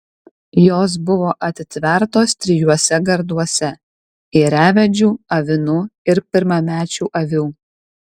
jos buvo atitvertos trijuose garduose ėriavedžių avinų ir pirmamečių avių